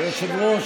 היושב-ראש,